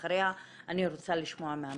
אחריה אני רוצה לשמוע מהמשטרה.